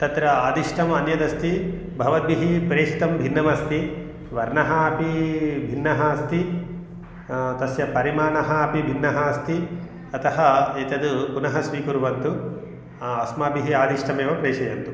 तत्र आदिष्टमन्यदस्ति भवद्भिः प्रेषितं भिन्नमस्ति वर्णः अपि भिन्नः अस्ति तस्य परिमाणम् अपि भिन्नः अस्ति अतः एतत् पुनः स्वीकुर्वन्तु अस्माभिः आदिष्टमेव प्रेषयन्तु